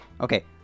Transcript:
Okay